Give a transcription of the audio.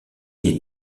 les